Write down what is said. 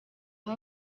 aho